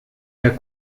der